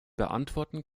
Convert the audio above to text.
beantworten